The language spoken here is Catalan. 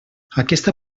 aquesta